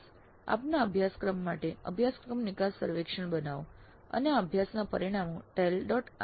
અભ્યાસ આપના અભ્યાસક્રમ માટે અભ્યાસક્રમ નિકાસ સર્વેક્ષણ બનાવો અને આ અભ્યાસના પરિણામો tale